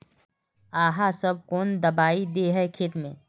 आहाँ सब कौन दबाइ दे है खेत में?